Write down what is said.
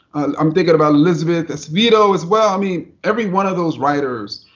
i'm thinking about elizabeth estavido, as well. i mean every one of those writers,